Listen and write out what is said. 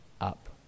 up